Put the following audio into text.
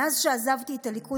מאז שעזבתי את הליכוד,